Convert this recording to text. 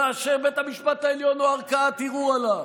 כאשר בית המשפט העליון הוא ערכאת ערעור.